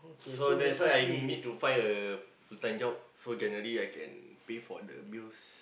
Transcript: so that's why I need to find a full time job so January I can pay for the bills